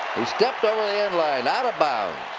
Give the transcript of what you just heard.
he stepped over the end line. out of bounds.